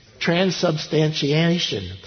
Transubstantiation